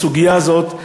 בסוגיה הזאת,